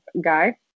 guy